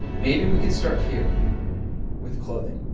maybe we could start here with clothing.